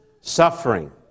suffering